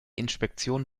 inspektion